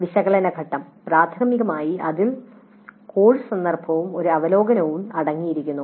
വിശകലന ഘട്ടം പ്രാഥമികമായി അതിൽ കോഴ്സ് സന്ദർഭവും ഒരു അവലോകനവും അടങ്ങിയിരിക്കുന്നു